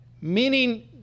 meaning